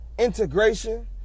Integration